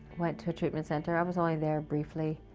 went to a treatment center, i was only there briefly